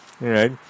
right